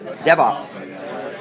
DevOps